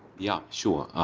yeah, sure.